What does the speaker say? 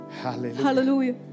Hallelujah